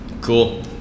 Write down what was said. Cool